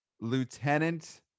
lieutenant